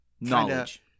knowledge